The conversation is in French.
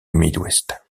midwest